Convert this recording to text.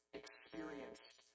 experienced